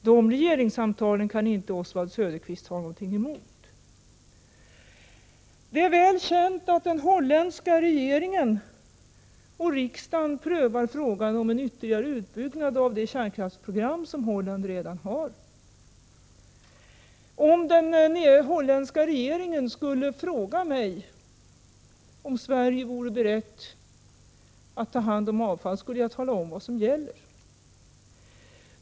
De regeringssamtalen kan Oswald Söderqvist inte gärna ha någonting emot. Det är väl känt att den holländska regeringen och riksdagen prövar frågan om en ytterligare utbyggnad av det kärnkraftsprogram som Holland redan har. Om den holländska regeringen skulle fråga mig om Sverige vore berett att ta hand om avfall, skulle jag tala om vad som gäller.